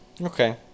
Okay